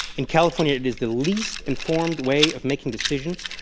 in california it is the least informed way of making decisions.